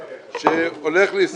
אדוני, הצעה לסדר.